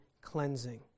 cleansing